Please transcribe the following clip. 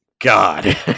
God